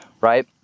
right